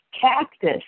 Cactus